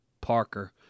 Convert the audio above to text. Parker